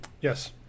Yes